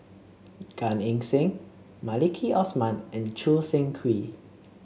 Gan Eng Seng Maliki Osman and Choo Seng Quee